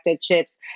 chips